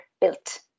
built